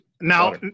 now